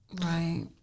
Right